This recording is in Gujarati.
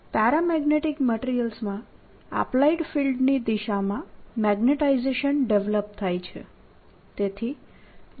પેરામેગ્નેટીક મટીરીયલ્સમાં એપ્લાઇડ ફિલ્ડની દિશામાં મેગ્નેટાઇઝેશન ડેવલપ થાય છે